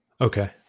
Okay